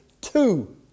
two